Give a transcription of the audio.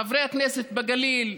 חברי הכנסת בגליל,